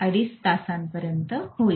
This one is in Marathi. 5 तासांपर्यंत होईल